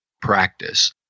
practice